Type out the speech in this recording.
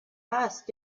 asked